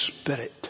Spirit